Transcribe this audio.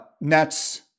NETS